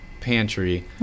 pantry